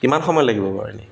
কিমান সময় লাগিব বাৰু এনেই